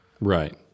right